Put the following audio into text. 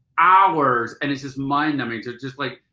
hours, and it's just mind numbing to just like